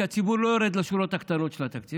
כי הציבור לא יורד לשורות הקטנות של התקציב,